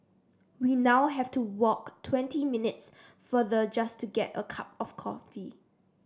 we now have to walk twenty minutes farther just to get a cup of coffee